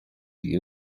die